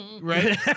right